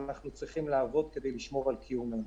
אבל אנחנו צריכים לעבוד כדי לשמור על קיומנו.